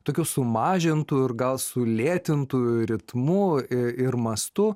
tokiu sumažintu ir gal sulėtintu ritmu ir mastu